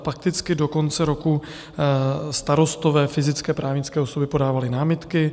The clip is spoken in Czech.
Fakticky do konce roku starostové, fyzické, právnické osoby, podávali námitky.